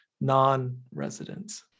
non-residents